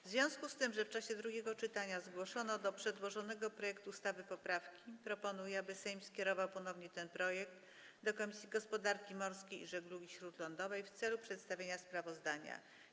W związku z tym, że w czasie drugiego czytania zgłoszono do przedłożonego projektu ustawy poprawki, proponuję, aby Sejm skierował ponownie ten projekt do Komisji Gospodarki Morskiej i Żeglugi Śródlądowej w celu przedstawienia sprawozdania.